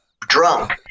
drunk